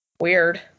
Weird